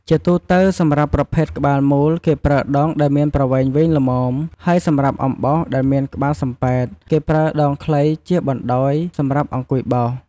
ជាទូទៅសម្រាប់ប្រភេទក្បាលមូល គេប្រើដងដែលមានប្រវែងវែងល្មម ហើយសម្រាប់អំបោសដែលមានក្បាលសំបែត គេប្រើដងខ្លីជាបណ្តោយសម្រាប់អង្គុយបោស។